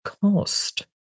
cost